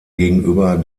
gegenüber